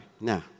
Now